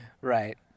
right